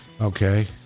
Okay